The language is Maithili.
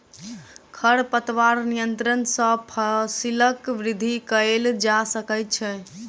खरपतवार नियंत्रण सॅ फसीलक वृद्धि कएल जा सकै छै